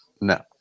No